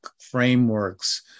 frameworks